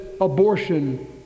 abortion